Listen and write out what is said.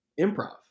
improv